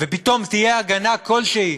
ופתאום תהיה הגנה כלשהי